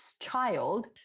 child